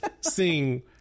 sing